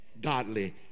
godly